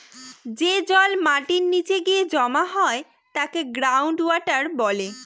যে জল মাটির নীচে গিয়ে জমা হয় তাকে গ্রাউন্ড ওয়াটার বলে